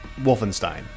Wolfenstein